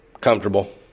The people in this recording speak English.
comfortable